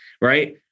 right